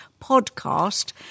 podcast